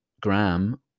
gram